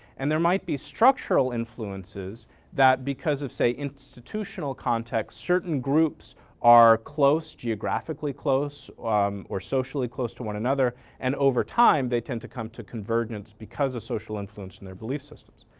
and there might be structural influences that because of say, institutional context certain groups are close, geographically close or socially close to one another and over time, they tend to come to convergence because of social influence in their belief systems.